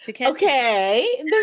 Okay